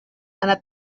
and